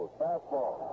fastball